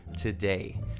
today